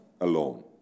alone